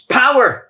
power